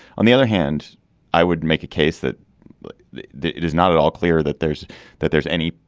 on the other hand i wouldn't make a case that that it is not at all clear that there's that there's any.